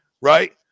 Right